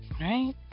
Right